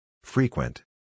Frequent